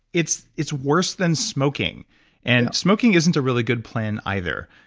it's it's worse than smoking and smoking isn't a really good plan either.